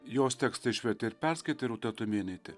jos tekstą išvertė ir perskaitė rūta tumėnaitė